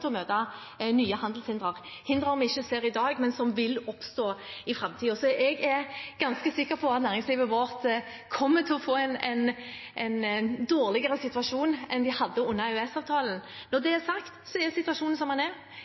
til å møte nye handelshindre – hindre vi ikke ser i dag, men som vil oppstå i framtiden. Så jeg er ganske sikker på at næringslivet vårt kommer til å få en dårligere situasjon enn det hadde under EØS-avtalen. Når det er sagt, er situasjonen som den er.